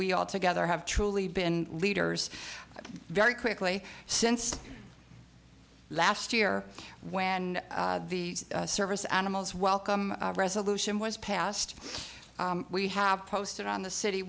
we all together have truly been leaders very quickly since last year when the service animals welcome resolution was passed we have posted on the city